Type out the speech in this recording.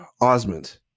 Osmond